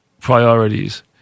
priorities